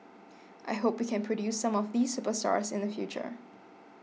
I hope we can produce some of these superstars in the future